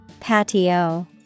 Patio